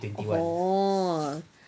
oh